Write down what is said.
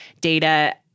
data